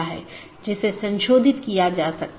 जब ऐसा होता है तो त्रुटि सूचना भेज दी जाती है